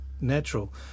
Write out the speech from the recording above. natural